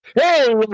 Hey